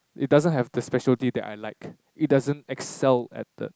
it doesn't have the specialty that I liked it doesn't excel at the